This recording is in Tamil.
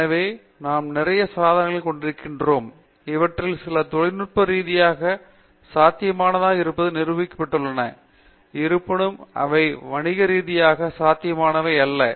எனவே நாம் நிறைய சாதனங்களைக் கொண்டிருக்கிறோம் அவற்றில் சில தொழில்நுட்ப ரீதியாக சாத்தியமானதாக இருப்பதாக நிரூபிக்கப்பட்டுள்ளன இருப்பினும் அவை வணிகரீதியான சாத்தியமானவை அல்ல